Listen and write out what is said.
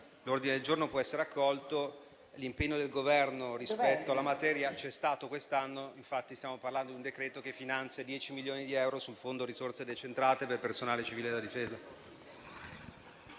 l'ordine del giorno può essere accolto. L'impegno del Governo rispetto alla materia c'è stato quest'anno. Infatti, stiamo parlando di un decreto che finanzia 10 milioni di euro sul fondo risorse decentrate per personale civile della difesa.